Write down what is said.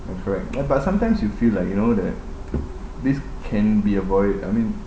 correct but sometimes you feel like you know that this can be avoid I mean